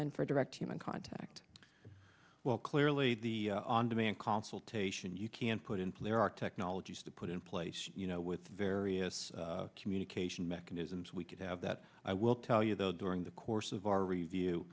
in for direct human contact well clearly the on demand consultation you can put in place or our technologies to put in place you know with various communication mechanisms we could have that i will tell you though during the course of our review